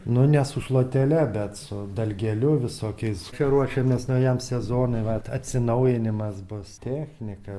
nu ne su šluotele bet su dalgeliu visokiais čia ruošiamės naujam sezonui vat atsinaujinimas bus technika